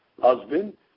husband